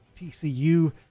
TCU